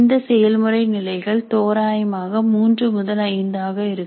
இந்த செயல்முறை நிலைகள் தோராயமாக மூன்று முதல் ஐந்து ஆக இருக்கும்